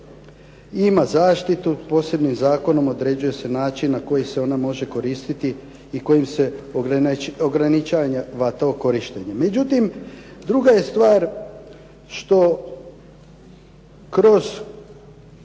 ima zaštitu, posebnim zakonom određuje se način na koji se ona može koristiti i kojim se ograničava to korištenje. Međutim, druga je stvar što kroz